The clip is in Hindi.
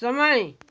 समय